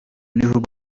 n’ibihugu